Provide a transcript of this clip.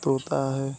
तोता है